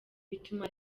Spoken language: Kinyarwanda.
bituma